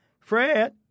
Fred